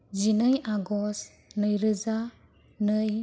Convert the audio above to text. जिनै आगष्ट नैरोजानै